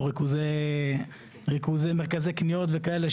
או מרכזי קניות וכאלה,